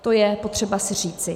To je potřeba si říci.